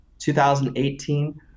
2018